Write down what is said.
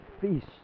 feast